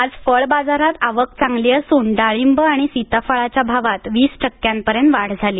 आज फळ बाजारात आवक चांगली असून डाळींब आणि सीताफळाच्या भावात वीस टक्क्यांपर्यंत वाढ झाली